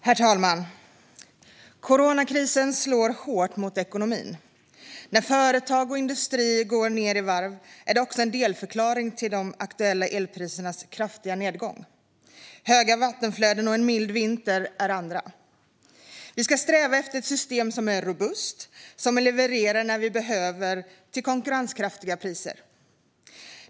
Herr talman! Coronakrisen slår hårt mot ekonomin. När företag och industri går ned i varv är det också en delförklaring till de aktuella elprisernas kraftiga nedgång; höga vattenflöden och en mild vinter är andra. Vi ska sträva efter ett system som är robust, som levererar när vi behöver och till konkurrenskraftiga priser.